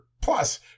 plus